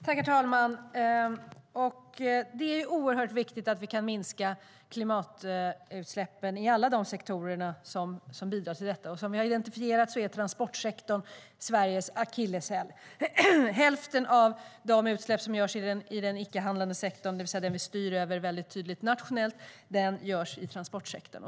Herr talman! Det är viktigt att vi kan minska klimatutsläppen i alla de sektorer som bidrar till detta, och vi har identifierat transportsektorn som Sveriges akilleshäl. Hälften av utsläppen i den icke-handlande sektorn, det vill säga den vi styr över tydligt nationellt, görs i transportsektorn.